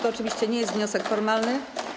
To oczywiście nie jest wniosek formalny.